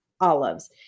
olives